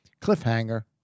Cliffhanger